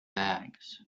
bags